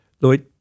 lloyd